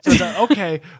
Okay